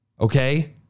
Okay